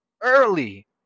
early